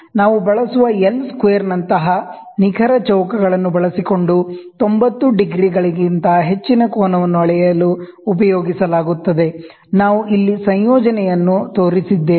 ನಾವು ಬಳಸುವ ಎಲ್ ಸ್ಕ್ವೇರ್ನಂತಹ ನಿಖರ ಚೌಕಗಳನ್ನು ಬಳಸಿಕೊಂಡು 90 ಡಿಗ್ರಿಗಳಿಗಿಂತ ಹೆಚ್ಚಿನ ಕೋನವನ್ನು ಅಳೆಯಲು ಉಪಯೋಗಿಸಲಾಗುತ್ತದೆ ನಾವು ಇಲ್ಲಿ ಸಂಯೋಜನೆಯನ್ನು ತೋರಿಸಿದ್ದೇವೆ